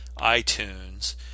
iTunes